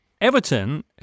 Everton